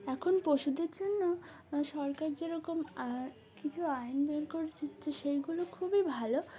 এখন পশুদের জন্য সরকার যেরকম কিছু আইন বের করছে তো সেইগুলো খুবই ভালো